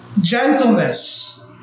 Gentleness